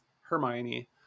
Hermione